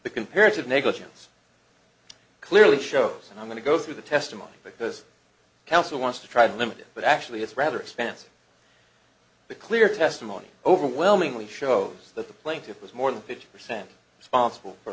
the comparative negligence clearly shows and i'm going to go through the testimony because counsel wants to try to limit it but actually it's rather expansive the clear testimony overwhelmingly shows that the plaintiff was more than fifty percent responsible for